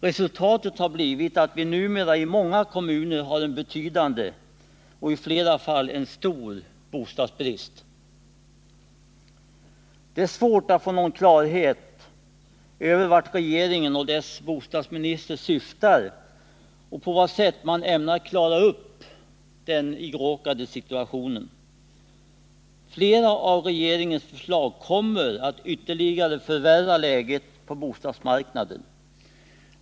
Resultatet har blivit att vi numera i många kommuner har en betydande och i flera fall mycket stor bostadsbrist. Det är svårt att få någon klarhet i vart regeringen och dess bostadsminister vill komma och på vilket sätt man ämnar klara upp den iråkade situationen. Flera av regeringens förslag kommer att ytterligare förvärra läget på bostadsmarknaden.